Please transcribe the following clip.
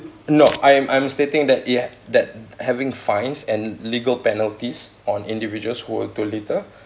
no I'm I'm stating that the uh that having fines and legal penalties on individuals who were to litter